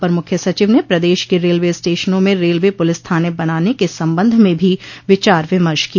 अपर मुख्य सचिव ने प्रदेश के रेलवे स्टेशनों में रेलवे पुलिस थाने बनाने के संबंध में भी विचार विमर्श किया